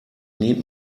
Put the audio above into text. need